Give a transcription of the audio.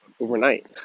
overnight